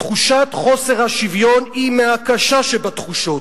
תחושת חוסר השוויון היא מהקשה שבתחושות.